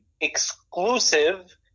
exclusive